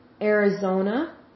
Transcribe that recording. Arizona